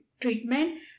treatment